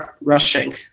rushing